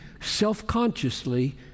self-consciously